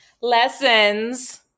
Lessons